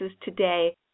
today